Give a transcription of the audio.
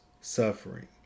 suffering